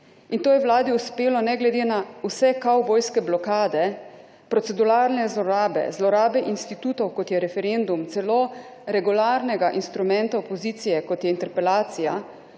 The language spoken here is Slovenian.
In to je Vladi uspelo ne glede na vse kavbojske blokade, proceduralne zlorabe, zlorabe institutov, kot je referendum, celo regularnega instrumenta opozicije, kot je interpelacija,